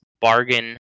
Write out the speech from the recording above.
bargain